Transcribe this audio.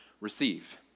receive